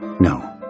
No